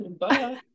Bye